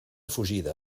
fugida